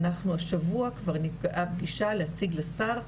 ואנחנו השבוע, כבר נקבעה פגישה להציג לשר,